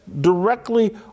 directly